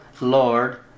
Lord